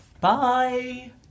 Bye